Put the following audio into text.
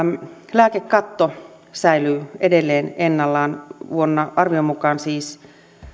lääkekatto säilyy edelleen ennallaan arvion mukaan siis